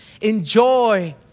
Enjoy